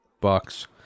Bucks